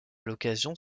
l’occasion